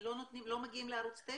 הם לא מגיעים לערוץ 9?